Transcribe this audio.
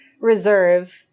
reserve